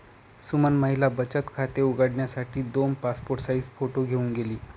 सुमन महिला बचत खाते उघडण्यासाठी दोन पासपोर्ट साइज फोटो घेऊन गेली